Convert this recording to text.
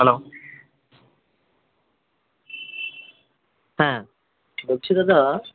hello হ্যাঁ বলছি দাদা